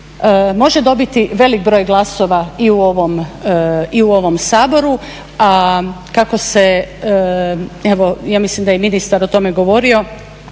može dobiti velik broj glasova i u ovom Saboru, a kako se, ja mislim da je i ministar o tome govorio,